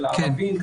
של הערבים.